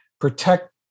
protect